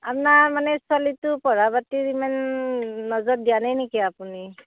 আপোনাৰ মানে ছোৱালীটোৰ পঢ়া পাতিত ইমান নজৰ দিয়া নাই নেকি আপুনি